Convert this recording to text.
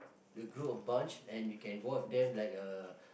the group of bunch and you can watch them like a